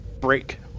break